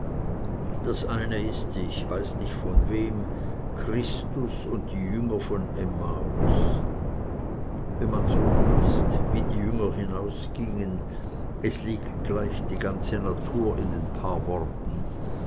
das eine ist ich weiß nicht von wem christus und die jünger von emmaus wenn man so liest wie die jünger hinausgingen es liegt gleich die ganze natur in den paar worten